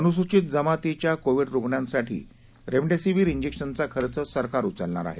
अनुसूचित जमातीच्या कोविड रुग्णांसाठी रेमडेसिवीर जैक्शनचा खर्च सरकार उचलणार आहे